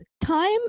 time